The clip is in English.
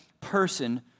person